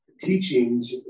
teachings